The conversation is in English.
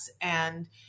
and-